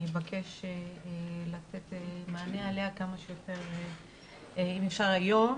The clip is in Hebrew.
אני אבקש לתת מענה, אם אפשר היום.